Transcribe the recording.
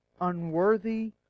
unworthy